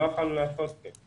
לא יכולנו לעשות את זה.